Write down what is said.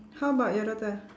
how about your daughter